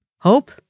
Hope